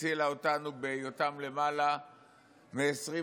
הצילה אותנו בהיותם למעלה מ-20%